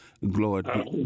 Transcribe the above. Lord